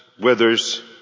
withers